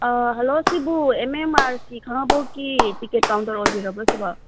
hello ꯁꯤꯕꯨ M M R C ꯈꯥꯡꯉꯕꯣꯛꯀꯤ ticket counter ꯑꯣꯏꯕꯤꯔꯕ꯭ꯔꯣ ꯁꯤꯕꯣ